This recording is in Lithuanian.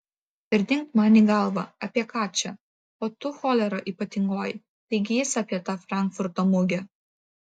ir dingt man į galvą apie ką čia o tu cholera ypatingoji taigi jis apie tą frankfurto mugę